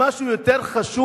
דינן של אחיות